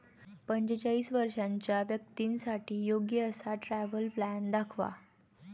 पंचेचाळीस वर्षांच्या व्यक्तींसाठी योग्य असा ट्रॅव्हल प्लॅन दाखवा